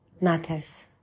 matters